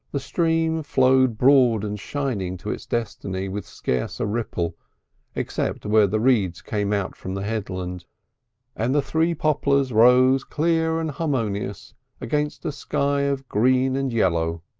the stream flowed broad and shining to its destiny, with scarce a ripple except where the reeds came out from the headland and the three poplars rose clear and harmonious against a sky of green and yellow.